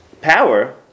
power